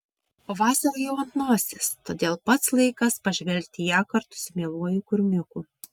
o vasara jau ant nosies todėl pats laikas pažvelgti į ją kartu su mieluoju kurmiuku